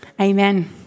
Amen